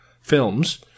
films